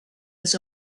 his